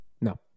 No